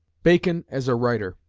bacon as a writer